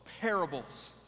parables